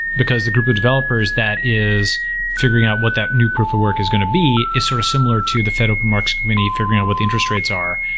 because the group of developers that is figuring out what that new proof of work is going to be is sort of similar to the fed open markets committee figuring out what the interest rates are,